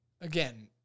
again